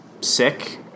sick